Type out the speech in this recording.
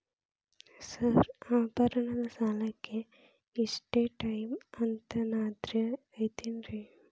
Sir ಆಭರಣದ ಸಾಲಕ್ಕೆ ಇಷ್ಟೇ ಟೈಮ್ ಅಂತೆನಾದ್ರಿ ಐತೇನ್ರೇ?